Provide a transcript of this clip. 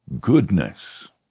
goodness